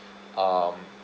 um